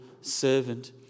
servant